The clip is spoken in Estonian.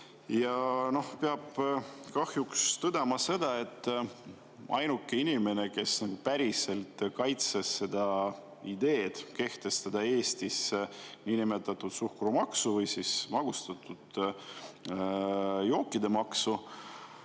Peab kahjuks tõdema, et ainuke inimene, kes päriselt kaitses ideed kehtestada Eestis niinimetatud suhkrumaks või magustatud jookide maks,